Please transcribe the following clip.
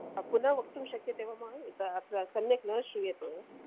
पुनः वक्तुं शक्यते वा महोद अत्र सम्यक् न श्रूयते